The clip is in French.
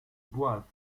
boivent